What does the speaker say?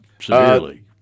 severely